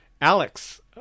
Alex